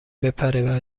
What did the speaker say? بپره